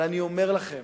אבל אני אומר לכם